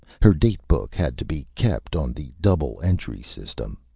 her date book had to be kept on the double entry system.